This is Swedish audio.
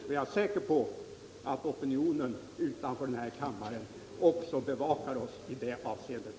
Jag är säker på att opinionen utanför denna kammare också bevakar oss i det avseendet.